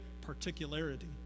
particularity